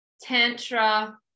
Tantra